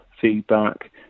feedback